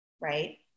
right